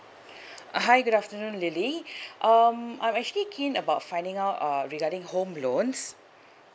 uh hi good afternoon lily um I'm actually keen about finding out err regarding home loans